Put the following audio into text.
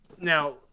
Now –